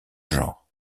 genre